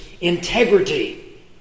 integrity